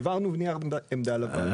העברנו נייר עמדה לוועדה.